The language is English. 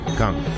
come